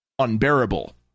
unbearable